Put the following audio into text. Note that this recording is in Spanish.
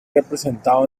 representado